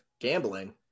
gambling